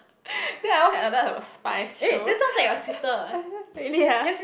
then I watch another about spies show really ah